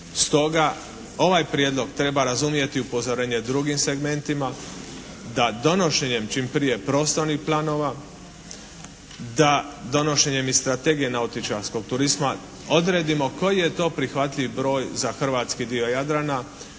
Stoga ovaj prijedlog treba razumjeti upozorenje drugim segmentima da donošenjem čim prije prostornih planova, da donošenjem i strategije nautičarskog turizma odredimo koji je to prihvatljiv broj za hrvatski dio Jadrana